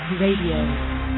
Radio